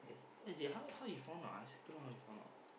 as in how how you found out ah I also don't know how you found out